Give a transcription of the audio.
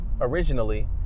originally